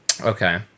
Okay